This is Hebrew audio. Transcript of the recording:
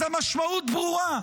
אז המשמעות ברורה.